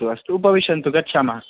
अस्तु अस्तु उपविशन्तु गच्छामः